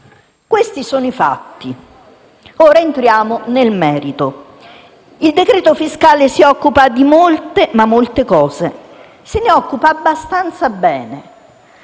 Questi sono i fatti. Ora, entriamo nel merito. Il decreto fiscale si occupa di molte, molte questioni e se ne occupa abbastanza bene.